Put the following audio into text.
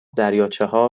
دریاچهها